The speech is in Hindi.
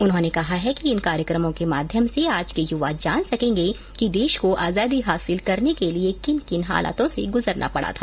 उन्होंने कहा है कि इन कार्यक्रमो के माध्यम से आज के युवा जान सकेंगे कि देश को आजादी हासिल करने के लिए किन हालातों से गुजरना पड़ा था